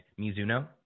Mizuno